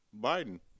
Biden